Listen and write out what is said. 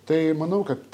tai manau kad